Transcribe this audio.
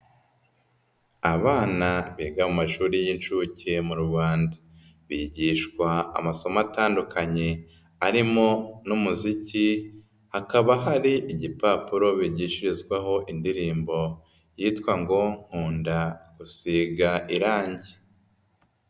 Abana biga mu mashuri y'inshuke mu Rwanda bigishwa amasomo atandukanye arimo n'umuziki, hakaba hari igipapuro bigishirizwaho indirimbo yitwa ngo nkunda gusiga irangi.